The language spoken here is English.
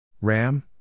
RAM